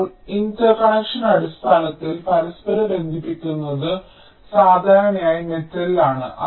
ഇപ്പോൾ ഇന്റെർക്കണക്ഷൻ അടിസ്ഥാനത്തിൽ പരസ്പരം ബന്ധിപ്പിക്കുന്നത് സാധാരണയായി മെറ്റലിലാണ്